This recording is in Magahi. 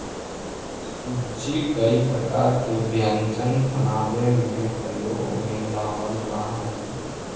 सूजी कई प्रकार के व्यंजन बनावे में प्रयोग में लावल जा हई